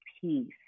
peace